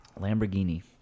Lamborghini